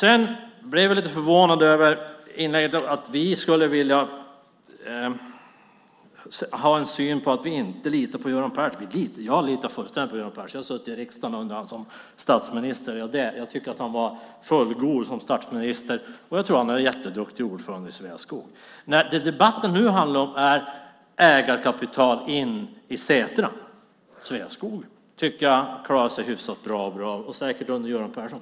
Jag blev lite förvånad över det som sades om att vi inte skulle lita på Göran Persson. Jag litar fullständigt på Göran Persson. Jag har suttit i riksdagen under hans tid som statsminister, och jag tycker att han var fullgod som statsminister, och jag tror att han är en jätteduktig ordförande i Sveaskog. Det som debatten nu handlar om är ägarkapital till Setra. Sveaskog tycker jag klarar sig hyfsat bra under Göran Persson.